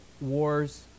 wars